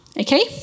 Okay